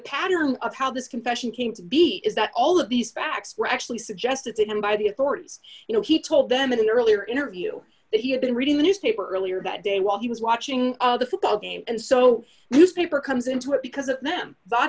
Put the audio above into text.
pattern of how this confession came to be is that all of these facts were actually suggested to him by the authorities you know he told them in an earlier interview that he had been reading the newspaper earlier that day while he was watching the football game and so the newspaper comes into it because of them but